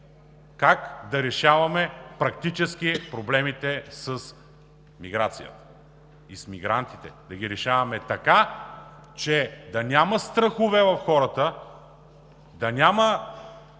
как да решаваме практически проблемите с миграцията и с мигрантите. Да ги решаваме така, че да няма страхове в хората, да няма